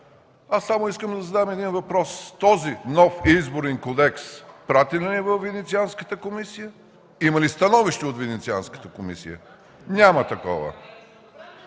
– искам само да задам един въпрос: този нов Изборен кодекс пратен ли е във Венецианската комисия? Има ли становище от Венецианската комисия? Няма такова!